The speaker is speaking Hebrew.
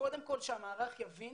קודם כל שהמערך יבין